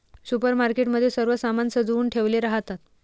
supermarket मध्ये सर्व सामान सजवुन ठेवले राहतात